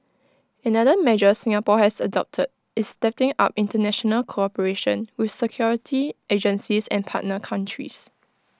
another measure Singapore has adopted is stepping up International cooperation with security agencies and partner countries